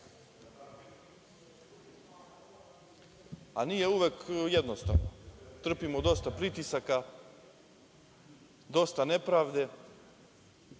uvek jednostavno. Trpimo dosta pritisaka, dosta nepravde,